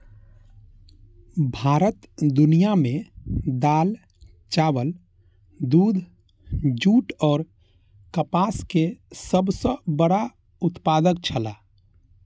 भारत दुनिया में दाल, चावल, दूध, जूट और कपास के सब सॉ बड़ा उत्पादक छला